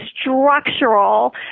structural